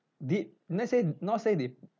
did not say not say they